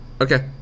Okay